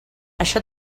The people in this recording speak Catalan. això